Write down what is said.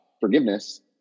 forgiveness